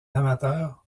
amateur